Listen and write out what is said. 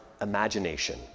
imagination